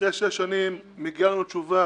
אחרי שש שנים מגיעה לנו תשובה,